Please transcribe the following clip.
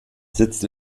sitzt